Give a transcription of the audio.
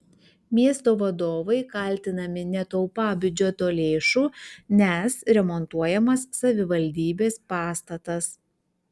miesto vadovai kaltinami netaupą biudžeto lėšų nes remontuojamas savivaldybės pastatas